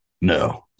No